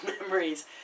memories